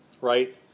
right